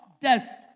death